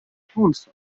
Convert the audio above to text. haunts